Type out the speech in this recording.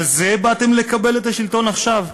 על זה באתם לקבל את השלטון עכשיו,